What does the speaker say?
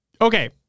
okay